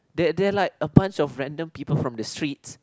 they they are like a bunch of random people from the streets